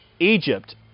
Egypt